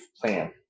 plan